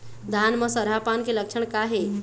धान म सरहा पान के लक्षण का हे?